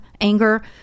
anger